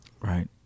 Right